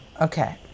okay